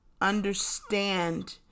understand